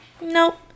Nope